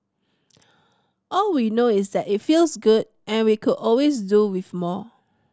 all we know is that it feels good and we could always do with more